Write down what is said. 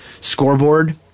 scoreboard